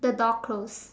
the door closed